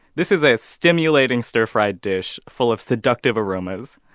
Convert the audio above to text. this is a stimulating stir-fried dish full of seductive aromas.